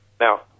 Now